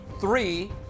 Three